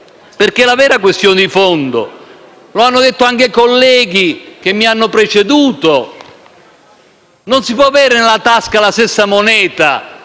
perché la vera questione di fondo, come hanno detto anche i colleghi che mi hanno preceduto, è che non si può avere nella tasca la stessa moneta